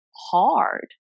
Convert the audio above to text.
hard